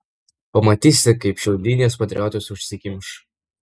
pamatysite kaip šiaudinis patriotas užsikimš